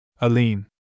Aline